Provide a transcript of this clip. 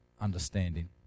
understanding